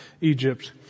Egypt